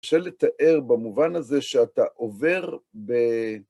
קשה לתאר במובן הזה שאתה עובר ב...